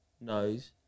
nose